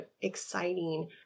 exciting